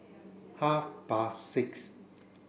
half past six